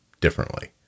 differently